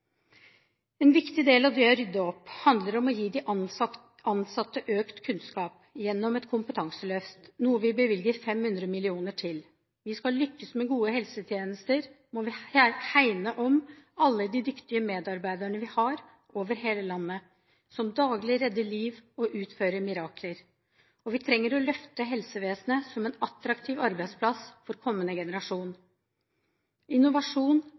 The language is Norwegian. En viktig del av det å rydde opp, handler om å gi de ansatte økt kunnskap gjennom et kompetanseløft, noe vi bevilger 50 mill. kr til. Skal vi lykkes med gode helsetjenester, må vi hegne om alle de dyktige medarbeiderne vi har over hele landet, som daglig redder liv og utfører mirakler, og vi trenger å løfte helsevesenet som en attraktiv arbeidsplass for kommende generasjon. Innovasjon,